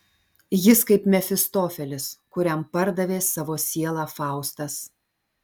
jis kaip mefistofelis kuriam pardavė savo sielą faustas